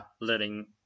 letting